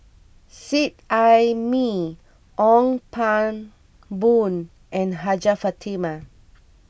Seet Ai Mee Ong Pang Boon and Hajjah Fatimah